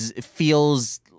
feels